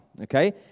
okay